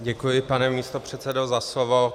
Děkuji, pane místopředsedo, za slovo.